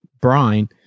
brine